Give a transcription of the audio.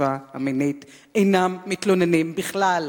התקיפה המינית אינם מתלוננים בכלל,